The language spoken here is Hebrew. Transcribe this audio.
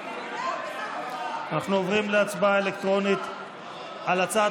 אנחנו עוברים להצבעה אלקטרונית על הצעת